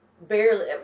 barely